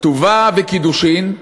כתובה וקידושין,